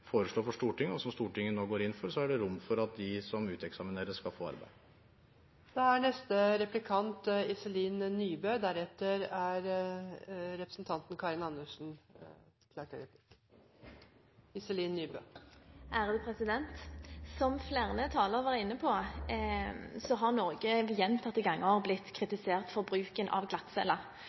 for Stortinget, og som Stortinget nå går inn for, er det rom for at de som uteksamineres, skal få arbeid. Som flere talere var inne på, har Norge gjentatte ganger blitt kritisert for bruken av glattcelle. Jeg er helt sikker på at også statsråden er opptatt av at vi må få ned bruken av